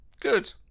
Good